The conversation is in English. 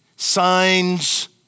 Signs